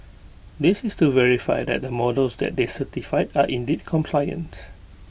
this is to verify that the models that they certified are indeed compliant